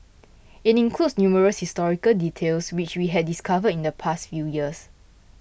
it includes numerous historical details which we had discovered in the past few years